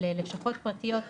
של לשכות פרטיות,